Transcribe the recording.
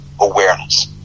awareness